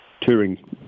touring